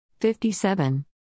57